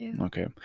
Okay